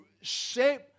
shape